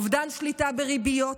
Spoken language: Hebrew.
אובדן שליטה בריביות,